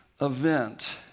event